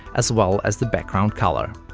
as well as the background color.